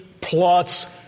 plus